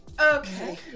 Okay